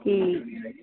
ठीक